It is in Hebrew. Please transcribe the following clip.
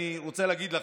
אני רוצה להגיד לכם: